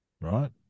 right